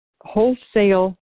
wholesale